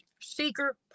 Seeker